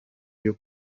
ryo